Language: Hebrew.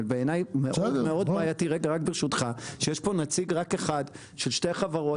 ובעייתי שיש פה רק נציג אחד של שתי חברות.